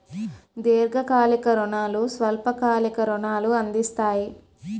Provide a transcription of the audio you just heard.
దీర్ఘకాలిక రుణాలు స్వల్ప కాలిక రుణాలు అందిస్తాయి